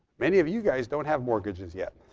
many of you guys don't have mortgages yet.